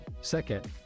Second